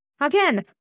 again